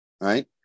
right